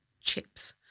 chips